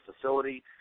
facility